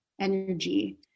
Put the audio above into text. energy